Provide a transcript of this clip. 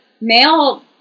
male